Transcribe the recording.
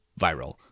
viral